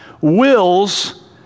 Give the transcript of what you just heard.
wills